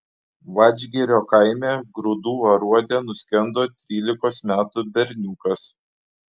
vadžgirio kaime grūdų aruode nuskendo trylikos metų berniukas